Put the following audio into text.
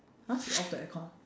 !huh! you off the aircon